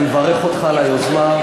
אני מברך אותך על היוזמה,